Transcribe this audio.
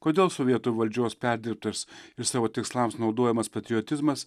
kodėl sovietų valdžios perdirbtas ir savo tikslams naudojamas patriotizmas